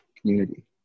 community